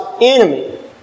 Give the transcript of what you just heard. enemy